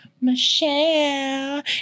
Michelle